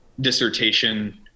dissertation